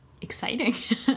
exciting